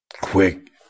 quick